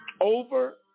Over